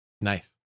nice